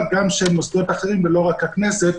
גם של מוסדות אחרים ולא רק הכנסת,